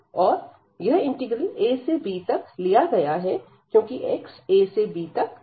यह integral a से b तक लिया गया है क्योंकि x a से b तक जाता है